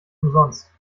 umsonst